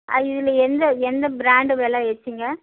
இதில் எந்த எந்த பிராண்டு விலை ஏசிங்க